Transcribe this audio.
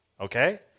okay